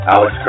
Alex